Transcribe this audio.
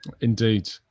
Indeed